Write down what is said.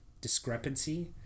discrepancy